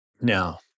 Now